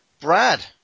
Brad